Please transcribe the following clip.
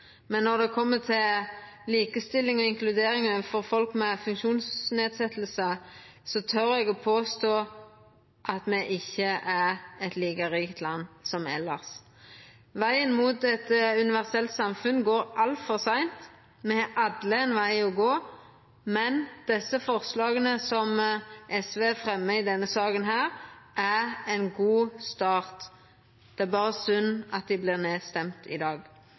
men når det kjem til likestilling og inkludering av folk med funksjonsnedsetjing, tør eg å påstå at me ikkje er eit like rikt land som elles. Vegen mot eit universelt samfunn er altfor lang. Me har alle ein veg å gå, men forslaga som SV fremjar eller med på å fremja i denne saka, er ein god start. Det er berre synd at dei vert nedstemde i dag.